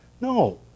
No